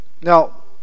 Now